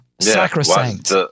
sacrosanct